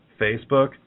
Facebook